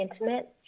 intimate